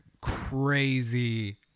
crazy